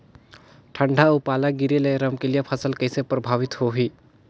ठंडा अउ पाला गिरे ले रमकलिया फसल कइसे प्रभावित होही?